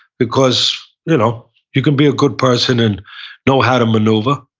because you know you can be a good person and know how to maneuver,